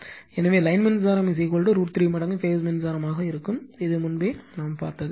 எனவே லைன் மின்சாரம் √ 3 மடங்கு பேஸ் மின்சாரம் மாக இருக்கும் இது முன்பே காணப்பட்டது